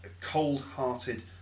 cold-hearted